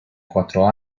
quattro